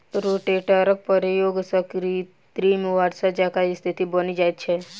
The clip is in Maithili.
रोटेटरक प्रयोग सॅ कृत्रिम वर्षा जकाँ स्थिति बनि जाइत छै